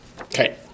Okay